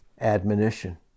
admonition